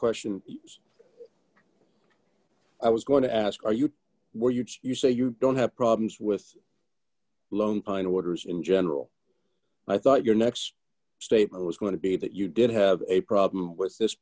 question i was going to ask you were you you say you don't have problems with lone pine waters in general i thought your next statement was going to be that you did have a problem with this